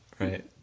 Right